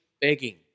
begging